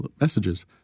messages